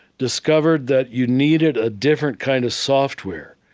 discovered that you needed a different kind of software